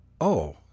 Oh